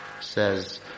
Says